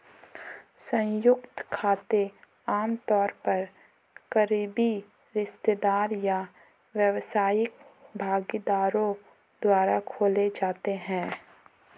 संयुक्त खाते आमतौर पर करीबी रिश्तेदार या व्यावसायिक भागीदारों द्वारा खोले जाते हैं